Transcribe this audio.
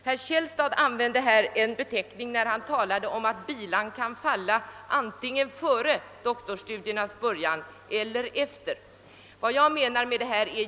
Herr Källstad talade om att bilan kan falla antingen före doktorsstudiernas början eller efteråt.